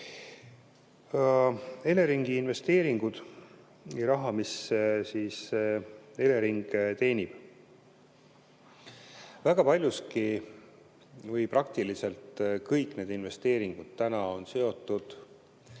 Eleringi investeeringud ja raha, mis Elering teenib – väga paljuski või praktiliselt kõik need investeeringud on seotud